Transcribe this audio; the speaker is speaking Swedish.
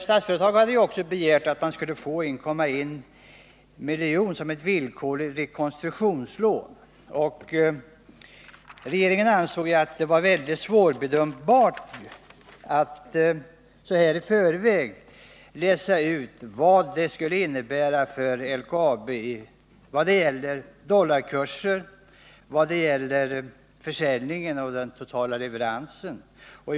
Statsföretag hade också begärt 1,1 miljarder som ett villkorligt rekonstruktionslån. Regeringen ansåg att det var mycket svårt att i förväg bedöma vad detta skulle innebära för LKAB vad gäller dollarkurser, försäljning, den totala leveransen etc.